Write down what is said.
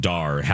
Dar